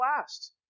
last